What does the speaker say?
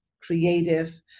creative